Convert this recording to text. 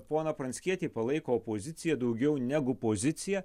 poną pranckietį palaiko opozicija daugiau negu pozicija